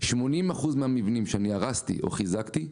80% מהמבנים שאני הרסתי או חיזקתי,